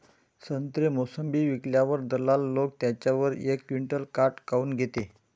संत्रे, मोसंबी विकल्यावर दलाल लोकं त्याच्यावर एक क्विंटल काट काऊन घेते?